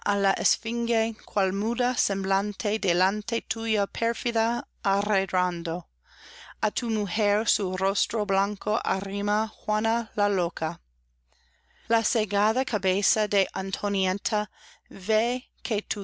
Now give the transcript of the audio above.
cual muda semblante delante tuyo pérfida arredrando á tu mujer su rostro blanco arrima juana la loca la segada cabeza de antonieta